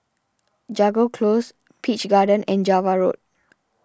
Jago Close Peach Garden and Java Road